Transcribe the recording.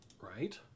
right